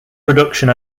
production